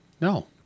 No